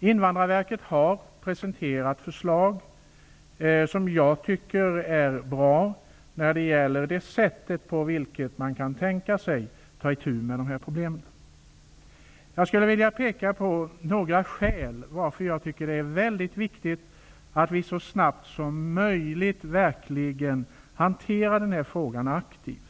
Invandrarverket har presenterat förslag, som jag tycker är bra, när det gäller det sätt på vilket man kan tänka sig ta itu med problemen. Jag skulle vilja peka på några skäl till att jag tycker att det är viktigt att så snabbt som möjligt verkligen hantera frågan aktivt.